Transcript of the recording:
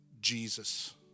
Jesus